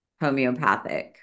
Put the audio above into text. homeopathic